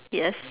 yes